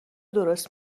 درست